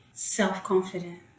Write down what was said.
self-confidence